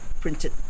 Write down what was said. printed